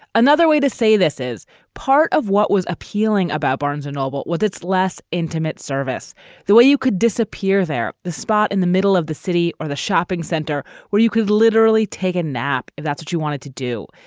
another way to say this is part of what was appealing about barnes and noble was its less intimate service the way you could disappear there. the spot in the middle of the city or the shopping center where you could literally take a nap if that's what you wanted to do.